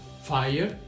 Fire